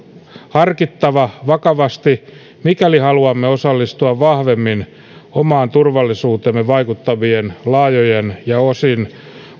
harkittava vakavasti mikäli haluamme osallistua vahvemmin omaan turvallisuuteemme vaikuttavien laajojen ja osin